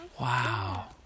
Wow